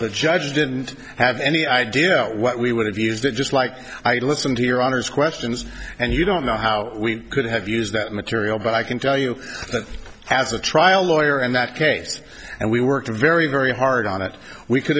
the judge didn't have any idea what we would have used it just like i listened to your honor's questions and you don't know how we could have used that material but i can tell you that has a trial lawyer in that case and we worked very very hard on it we could